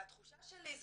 והתחושה שלי זה